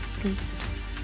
sleeps